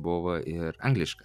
buvo ir angliška